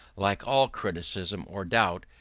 like all criticism or doubt,